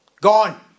gone